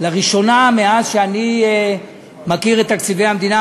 לראשונה מאז אני מכיר את תקציבי המדינה,